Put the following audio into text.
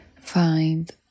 find